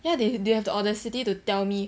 ya they they have the audacity to tell me